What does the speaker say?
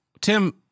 Tim